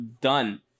done